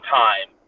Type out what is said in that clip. time